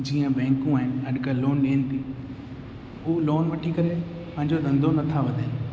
जीअं बैंकू आहिनि अॼुकल्ह लोन ॾियनि थी उहे लोन वठी करे पंहिंजो धंधो नथा वधाइनि